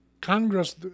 congress